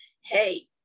hey